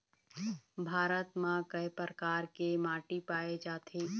भारत म कय प्रकार के माटी पाए जाथे?